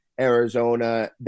Arizona